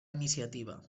iniciativa